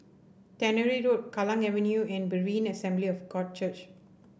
Tannery Road Kallang Avenue and Berean Assembly of God Church